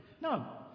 No